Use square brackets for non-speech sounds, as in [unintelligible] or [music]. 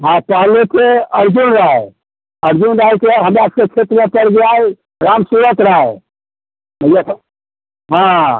हाँ पहले थे अर्जुनराय अर्जुन राय से हमरा से [unintelligible] पड़ जाए राम सूरत राय [unintelligible] हाँ